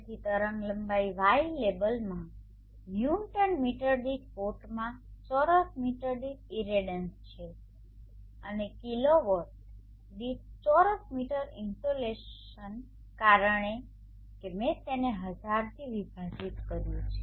તેથી તરંગલંબાઇ Y લેબલમાં ન્યુટન મીટર દીઠ વોટમાં ચોરસ મીટર દીઠ ઇરેડિયન્સ છે અને કિલોવોટ દીઠ ચોરસ મીટર ઇનસોલેશન કારણ કે મેં તેને હજારથી વિભાજીત કર્યું છે